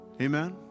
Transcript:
Amen